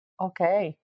Okay